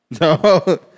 No